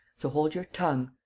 so hold your tongue.